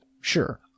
Sure